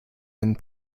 and